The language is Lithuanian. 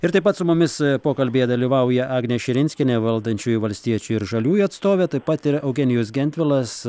ir taip pat su mumis pokalbyje dalyvauja agnė širinskienė valdančiųjų valstiečių ir žaliųjų atstovė taip pat ir eugenijus gentvilas